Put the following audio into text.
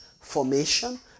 formation